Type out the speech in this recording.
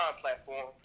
platform